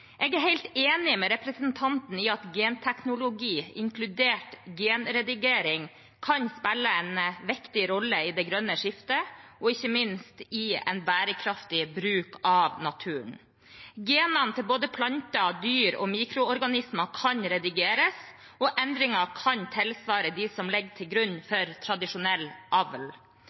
Jeg er helt enig med representanten i at genteknologi inkludert genredigering kan spille en viktig rolle i det grønne skiftet, og ikke minst i en bærekraftig bruk av naturen. Genene til både planter, dyr og mikroorganismer kan redigeres, og endringen kan tilsvare det som ligger til grunn for tradisjonell avl.